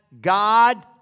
God